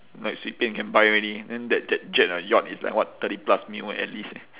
like 随便 can buy already then that that jet or yacht is like what thirty plus mil at least eh